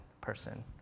person